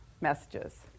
messages